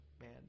man